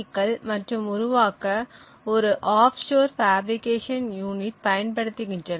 க்கள் மற்றும் உருவாக்க ஒரு ஆஃப்ஷோர் பாஃபிரிகேஷன் யூனிட் பயன்படுத்துகின்றன